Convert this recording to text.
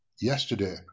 yesterday